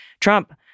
Trump